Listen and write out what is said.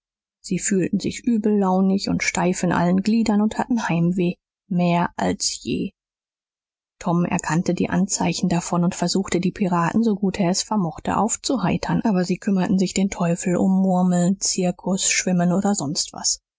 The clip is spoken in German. sie fühlten sich übellaunig und steif in allen gliedern und hatten heimweh mehr als je tom erkannte die anzeichen davon und versuchte die piraten so gut er es vermochte aufzuheitern aber sie kümmerten sich den teufel um murmeln zirkus schwimmen oder sonst was